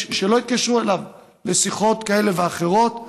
שלא יתקשרו אליו לשיחות כאלה ואחרות.